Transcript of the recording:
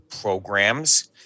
programs